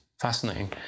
fascinating